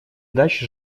даче